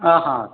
ଅ ହ